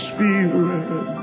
Spirit